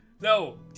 No